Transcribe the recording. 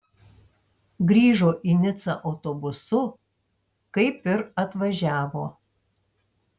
grįžo į nicą autobusu kaip ir atvažiavo